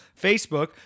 Facebook